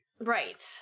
Right